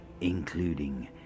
including